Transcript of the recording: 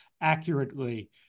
accurately